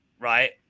Right